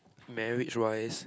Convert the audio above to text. marriage wise